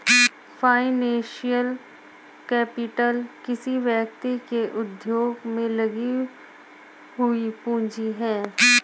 financial capital किसी व्यक्ति के उद्योग में लगी हुई पूंजी है